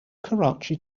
karachi